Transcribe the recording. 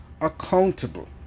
accountable